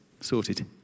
sorted